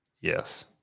Yes